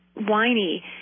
whiny